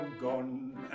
Gone